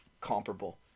comparable